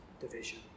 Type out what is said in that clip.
division